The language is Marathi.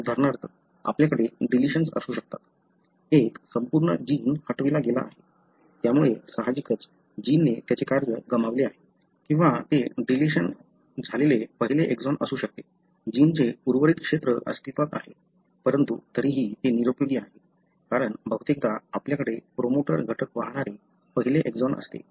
उदाहरणार्थ आपल्याकडे डिलिशन असू शकतात एक संपूर्ण जीन हटविला गेला आहे त्यामुळे साहजिकच जीनने त्याचे कार्य गमावले आहे किंवा ते डिलिशन्सले पहिले एक्सॉन असू शकते जीनचे उर्वरित क्षेत्र अस्तित्वात आहेत परंतु तरीही ते निरुपयोगी आहे कारण बहुतेकदा आपल्याकडे प्रोमोटर घटक वाहणारे पहिले एक्सॉन असते